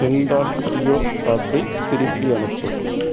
Cinthol deo டாக்கை திருப்பி அனுப்பு